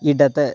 ഇടത്